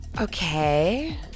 Okay